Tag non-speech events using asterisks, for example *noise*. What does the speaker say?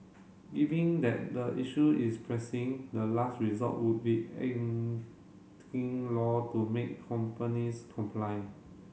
giving that the issue is pressing the last resort would be *unintelligible* law to make companies comply